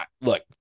look